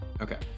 okay